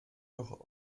doch